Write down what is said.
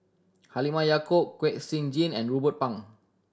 Halimah Yacob Kwek Siew Jin and Ruben Pang